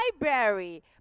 library